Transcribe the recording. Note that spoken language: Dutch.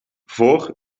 voor